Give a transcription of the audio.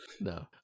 no